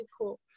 cool